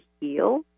heal